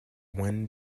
one